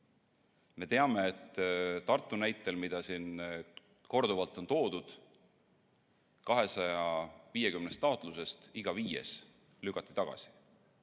teame Tartu näitel, mida siin korduvalt on toodud, et 250 taotlusest iga viies lükati tagasi.